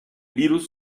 virus